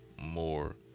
more